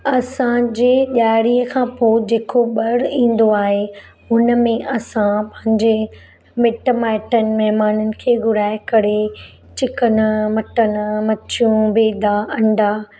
असांजे ॾिआरी खां पोइ जेको बड़ ईंदो आहे उनमें असांजे मिटि माइटनि में मन खे घुराए करे चिकन मटन मच्छियूं बिदा अंडा